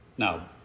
Now